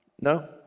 No